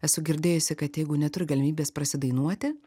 esu girdėjusi kad jeigu neturi galimybės prasidainuoti